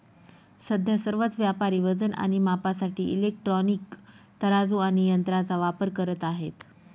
सध्या सर्वच व्यापारी वजन आणि मापासाठी इलेक्ट्रॉनिक तराजू आणि यंत्रांचा वापर करत आहेत